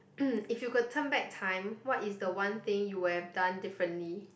if you could turn back time what is the one thing you will have done differently